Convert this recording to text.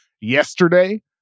yesterday